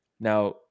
Now